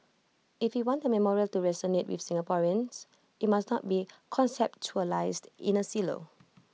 if we want the memorial to resonate with Singaporeans IT must not be conceptualised in A silo